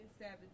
seven